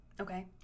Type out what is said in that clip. Okay